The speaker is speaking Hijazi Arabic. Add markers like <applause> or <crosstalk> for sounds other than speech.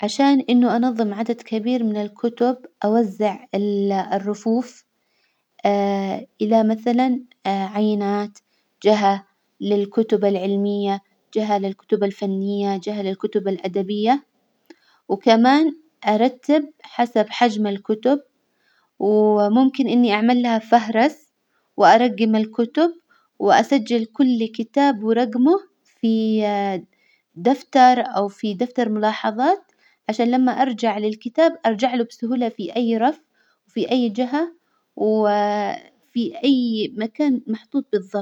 عشان إنه أنظم عدد كبير من الكتب، أوزع ال- الرفوف <hesitation> إلى مثلا <hesitation> عينات، جهة للكتب العلمية، جهة للكتب الفنية، جهة للكتب الأدبية، وكمان أرتب حسب حجم الكتب، وممكن إني أعمل لها فهرس وأرجم الكتب، وأسجل كل كتاب ورجمه في <hesitation> دفتر أو في دفتر ملاحظات، عشان لما أرجع للكتاب أرجع له بسهولة في أي رف، وفي أي جهة، و <hesitation> وفي أي مكان محطوط بالظبط.